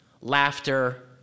laughter